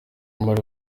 muri